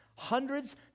hundreds